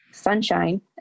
sunshine